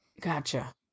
Gotcha